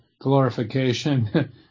glorification